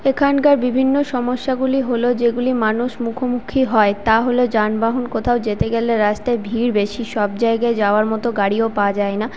এখানকার বিভিন্ন সমস্যাগুলি হল যেগুলি মানুষ মুখোমুখি হয় তাহলো যানবাহন কোথাও যেতে গেলে রাস্তায় ভিড় বেশি সব জায়গায় যাওয়ার মত গাড়িও পাওয়া যায়না